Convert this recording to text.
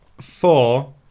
four